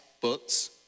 books